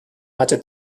hatte